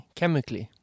chemically